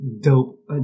dope